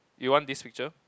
you want this picture